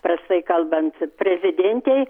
prastai kalbant prezidentei